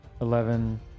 Eleven